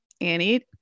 Annie